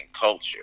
culture